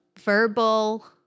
verbal